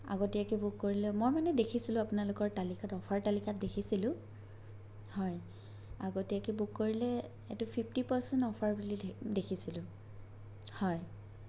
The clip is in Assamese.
আগতীয়াকৈ বুক কৰিলে মই মানে দেখিছিলোঁ আপোনালোকৰ তালিকাত অফাৰ তালিকাত দেখিছিলোঁ হয় আগতীয়াকৈ বুক কৰিলে এইটো ফিফটি পাৰ্চেণ্ট অফাৰ বুলি দে দেখিছিলোঁ হয়